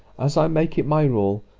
as i make it my rule,